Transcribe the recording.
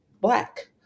Black